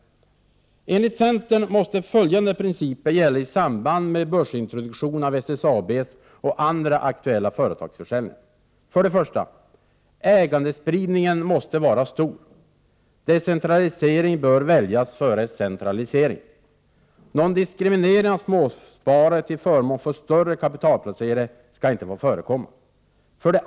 Enligt centern måste följande principer gälla i samband med börsintroduktion av SSAB och andra aktuella företagsförsäljningar. 1. Ägarspridningen måste vara stor. Decentralisering bör väljas före centralisering. Någon diskriminering av småsparare till förmån för större kapitalplacerare skall inte få förekomma. 2.